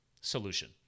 solution